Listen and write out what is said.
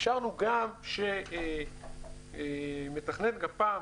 אפשרנו גם שמתכנת גפ"מ